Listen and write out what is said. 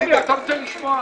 עמי, אתה רוצה לשמוע?